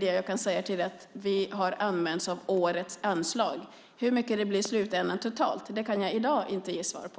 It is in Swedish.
Jag kan säga till dig att vi har använt 140 miljoner som årets anslag. Hur mycket det blir i slutänden totalt kan jag i dag inte ge svar på.